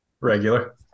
Regular